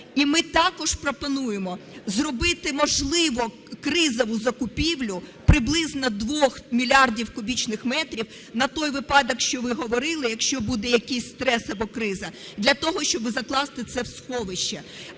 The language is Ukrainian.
І ми також пропонуємо зробити, можливо, кризову закупівлю приблизно 2 мільярдів кубічних метрів на той випадок, що ви говорили, якщо буде якийсь стрес або криза, для того щоб закласти це в сховище.